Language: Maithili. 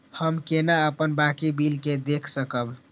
हम केना अपन बाकी बिल के देख सकब?